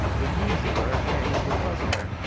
the usurer hangs the cozener.